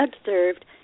observed